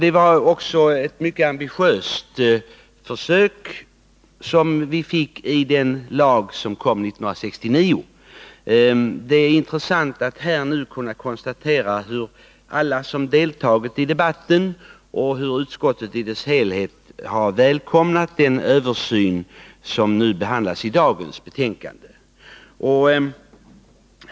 Det var ett mycket ambitiöst försök som gjordes med den lagstiftning som kom 1969, och det är intressant att här nu kunna konstatera att alla som deltagit i debatten och utskottet i sin helhet har välkomnat den översyn som behandlas i dagens betänkande.